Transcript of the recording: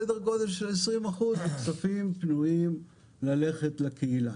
סדר גודל של 20% זה כספים פנויים ללכת לקהילה.